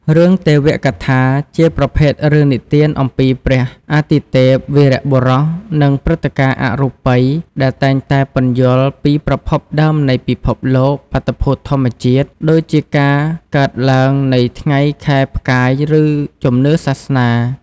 រឿងទេវកថា ជាប្រភេទរឿងនិទានអំពី ព្រះ អាទិទេព វីរបុរស និងព្រឹត្តិការណ៍ អរូបី ដែលតែងតែពន្យល់ពីប្រភពដើមនៃពិភពលោក បាតុភូតធម្មជាតិ ដូចជាការកើតឡើងនៃថ្ងៃ ខែ ផ្កាយ ឬជំនឿសាសនា ។